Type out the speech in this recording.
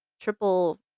triple